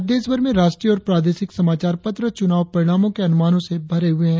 आज देशभर में राष्ट्रीय और प्रादेशिक समाचार पत्र चुनाव परिणामों के अनुमानों से भरे हुए है